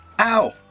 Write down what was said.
Ow